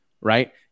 right